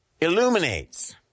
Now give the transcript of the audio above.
illuminates